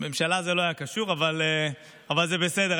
לממשלה זה לא היה קשור, אבל זה בסדר.